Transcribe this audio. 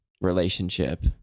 relationship